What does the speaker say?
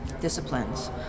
disciplines